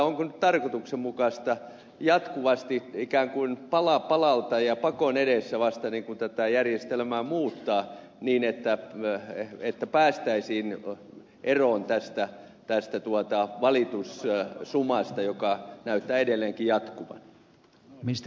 onko nyt tarkoituksenmukaista jatkuvasti ikään kuin pala palalta ja pakon edessä vasta tätä järjestelmää muuttaa niin että päästäisiin eroon tästä valitussumasta joka näyttää edelleenkin jatkuvan